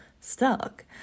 stuck